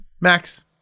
Max